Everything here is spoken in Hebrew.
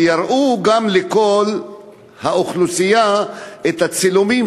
שיראו גם לכל האוכלוסייה את הצילומים